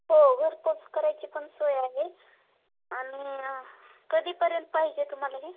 हो घरपोस करायची पण सोय आहे आणि कधीपर्यंत पाहिजे तुम्हाला हे